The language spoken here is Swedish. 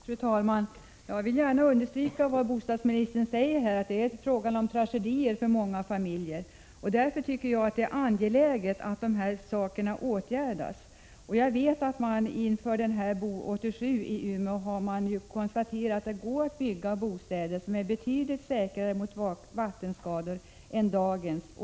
Fru talman! Jag vill gärna understryka vad bostadsministern säger om att det är fråga om tragedier för många familjer. Det är därför angeläget att dessa saker åtgärdas. Jag vet att man inför Bo 87 i Umeå har konstaterat att det till relativt ringa extrakostnad går att bygga bostäder som är betydligt säkrare mot vattenskador än dagens.